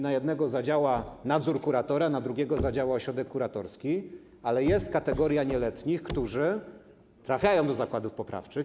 Na jednego zadziała nadzór kuratora, na drugiego zadziała ośrodek kuratorski, ale jest kategoria nieletnich, którzy trafiają do zakładów poprawczych.